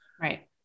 right